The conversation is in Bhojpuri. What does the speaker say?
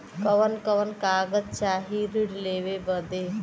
कवन कवन कागज चाही ऋण लेवे बदे?